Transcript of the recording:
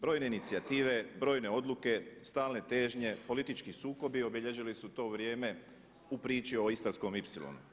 Brojne inicijative, brojne odluke, stalne težnje, politički sukobi obilježili su to vrijeme u priči o Istarskom ipsilonu.